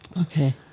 Okay